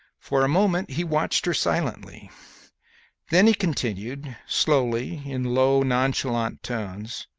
for a moment he watched her silently then he continued slowly, in low, nonchalant tones